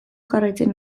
jarraitzen